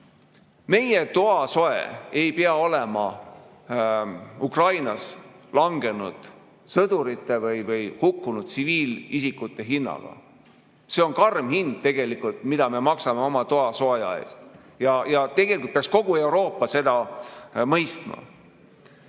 Meie tuba ei pea olema soe Ukrainas langenud sõdurite ja hukkunud tsiviilisikute hinnaga. See on karm hind, mida me maksame oma toasooja eest, ja tegelikult peaks kogu Euroopa seda mõistma. Ja